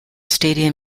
stadium